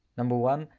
number one,